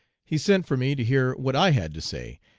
he sent for me to hear what i had to say,